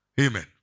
Amen